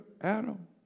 Adam